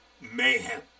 mayhem